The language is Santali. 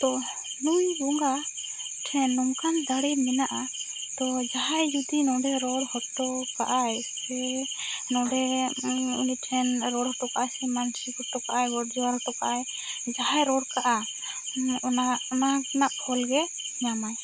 ᱛᱚ ᱱᱩᱭ ᱵᱚᱸᱜᱟ ᱴᱷᱮᱱ ᱱᱚᱝᱠᱟᱱ ᱫᱟᱲᱮ ᱢᱮᱱᱟᱜᱼᱟ ᱛᱚ ᱡᱟᱦᱟᱸᱭ ᱡᱩᱫᱤ ᱱᱚᱸᱰᱮ ᱨᱚᱲ ᱦᱚᱴᱚ ᱠᱟᱜᱼᱟᱭ ᱥᱮ ᱱᱚᱸᱰᱮ ᱩᱱᱤ ᱴᱷᱮᱱ ᱨᱚᱲ ᱚᱴᱚᱠᱟᱜᱼᱟᱭ ᱥᱮ ᱢᱟᱹᱱᱥᱤᱠ ᱚᱴᱚᱠᱟᱜᱼᱟᱭ ᱜᱚᱰ ᱡᱚᱦᱟᱨ ᱴᱚᱠᱟᱜ ᱟᱭ ᱡᱟᱦᱟᱸᱭ ᱨᱚᱲ ᱠᱟᱜᱼᱟ ᱚᱱᱟ ᱚᱱᱟ ᱱᱟᱜ ᱯᱷᱚᱞ ᱜᱮ ᱧᱟᱢᱟᱭ